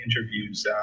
interviews